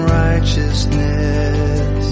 righteousness